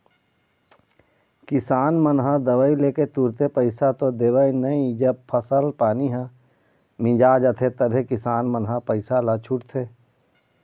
किसान मन ह दवई लेके तुरते पइसा तो देवय नई जब फसल पानी ह मिंजा जाथे तभे किसान मन ह पइसा ल छूटथे